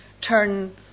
turn